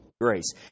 grace